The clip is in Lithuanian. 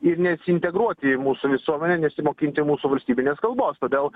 ir nesiintegruoti į mūsų visuomenę nesimokinti mūsų valstybinės kalbos todėl